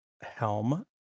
helm